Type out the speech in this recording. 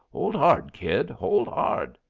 hold ard, kid, hold ard.